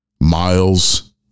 Miles